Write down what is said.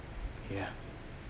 ya